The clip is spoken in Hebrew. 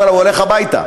הוא הולך הביתה,